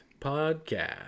podcast